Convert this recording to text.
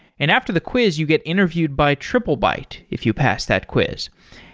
and after the quiz you get interviewed by triplebyte if you pass that quiz.